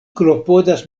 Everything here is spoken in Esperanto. klopodas